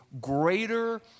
greater